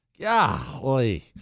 Golly